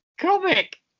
comic